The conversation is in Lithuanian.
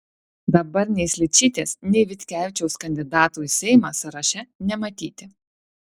dabar nei sličytės nei vitkevičiaus kandidatų į seimą sąraše nematyti